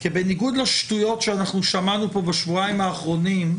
כי בניגוד לשטויות שאנחנו שמענו פה בשבועיים האחרונים,